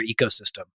ecosystem